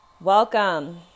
Welcome